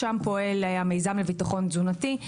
שם הפועל המיזם לביטחון תזונתי,